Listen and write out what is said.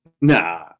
Nah